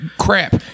crap